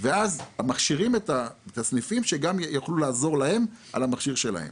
ואז מכשירים את הסניפים שגם יוכלו לעזור להם על המכשירים שלהם.